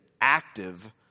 active